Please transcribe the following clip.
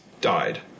died